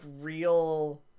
real